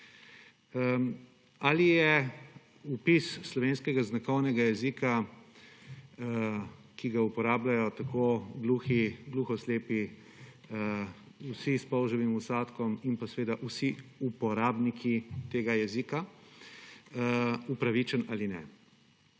Ali je vpis slovenskega znakovnega jezika, ki ga uporabljajo tako gluhi, gluhoslepi, vsi s polževim vsadkom in vsi uporabniki tega jezika, upravičen ali ne.